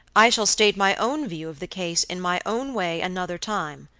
i shall state my own view of the case in my own way another time.